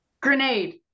grenade